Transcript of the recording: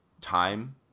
time